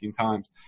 times